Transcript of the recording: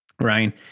Ryan